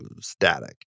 static